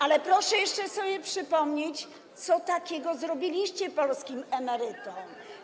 Ale proszę sobie jeszcze przypomnieć, co takiego zrobiliście polskim emerytom.